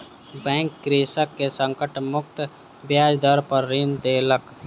bank कृषक के संकट मुक्त ब्याज दर पर ऋण देलक